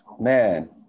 man